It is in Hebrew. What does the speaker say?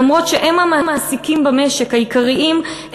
למרות שהם המעסיקים העיקריים במשק,